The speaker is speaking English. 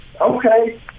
Okay